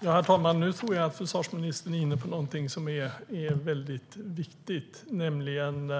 Herr talman! Nu tror jag att försvarsministern är inne på något väldigt viktigt, nämligen